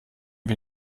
wir